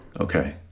Okay